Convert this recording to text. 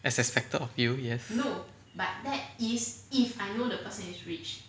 as expected of you yes